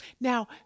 Now